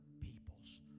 people's